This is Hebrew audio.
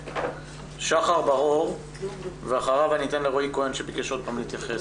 שחר בר-אור ואחריו רועי כהן שביקש עוד פעם להתייחס.